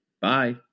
Bye